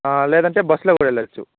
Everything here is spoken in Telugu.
లేదంటే బస్లో కూడా వెళ్ళొచ్చు